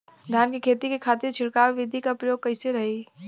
धान के खेती के खातीर छिड़काव विधी के प्रयोग कइसन रही?